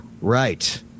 Right